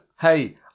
hey